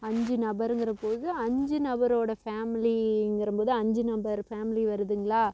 அஞ்சு நபருங்கிறபோது அஞ்சு நபரோட ஃபேமிலிங்கிற போது அஞ்சு நபர் ஃபேமிலி வருதுங்களா